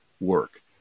work